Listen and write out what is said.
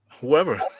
whoever